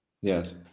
Yes